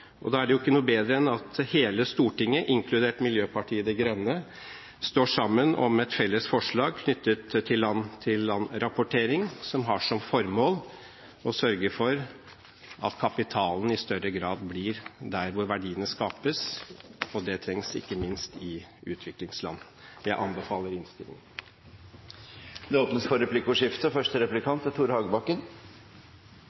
og da er ingenting bedre enn at hele Stortinget, inkludert Miljøpartiet De Grønne, står sammen om et felles forslag knyttet til land-til-land-rapportering som har som formål å sørge for at kapitalen i større grad blir der hvor verdiene skapes, og det trengs ikke minst i utviklingsland. Jeg anbefaler innstillingen. Det blir replikkordskifte. Helt til det siste har det vært ført harde forhandlinger, har jeg skjønt. Jeg er glad for at Venstre og